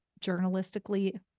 journalistically